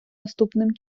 наступним